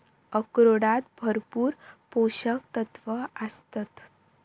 अक्रोडांत भरपूर पोशक तत्वा आसतत